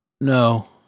No